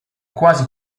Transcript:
quasi